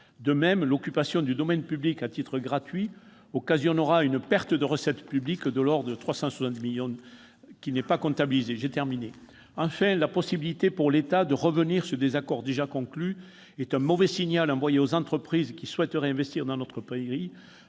De même, l'occupation du domaine public à titre gratuit occasionnera une perte de recettes publiques de l'ordre de 360 millions d'euros qui n'est pas comptabilisée. Enfin, la possibilité pour l'État de revenir sur des accords déjà conclus est un mauvais signal envoyé aux entreprises qui souhaitent investir dans notre pays,